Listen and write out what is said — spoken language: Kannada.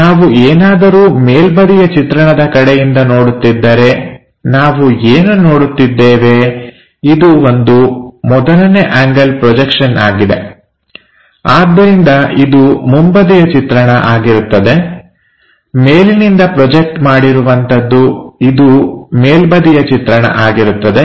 ನಾವು ಏನಾದರೂ ಮೇಲ್ಬದಿಯ ಚಿತ್ರಣದ ಕಡೆಯಿಂದ ನೋಡುತ್ತಿದ್ದರೆನಾವು ಏನು ನೋಡುತ್ತಿದ್ದೇವೆ ಇದು ಒಂದು ಮೊದಲನೇ ಆಂಗಲ್ ಪ್ರೊಜೆಕ್ಷನ್ ಆಗಿದೆ ಆದ್ದರಿಂದ ಇದು ಮುಂಬದಿಯ ಚಿತ್ರಣ ಆಗಿರುತ್ತದೆ ಮೇಲಿನಿಂದ ಪ್ರೊಜೆಕ್ಟ್ ಮಾಡಿರುವಂತದ್ದು ಇದು ಮೇಲ್ಬದಿಯ ಚಿತ್ರಣ ಆಗಿರುತ್ತದೆ